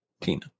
Tina